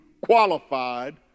qualified